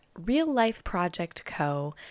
reallifeprojectco